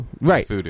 right